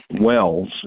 wells